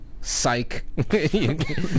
psych